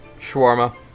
Shawarma